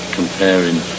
comparing